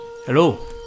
Hello